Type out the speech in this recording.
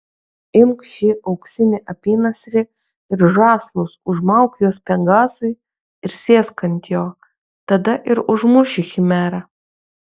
imk šį auksinį apynasrį ir žąslus užmauk juos pegasui ir sėsk ant jo tada ir užmuši chimerą